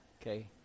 Okay